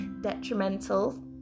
detrimental